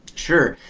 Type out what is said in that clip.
sure.